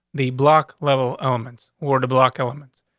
the block level elements or the block elements.